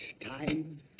Time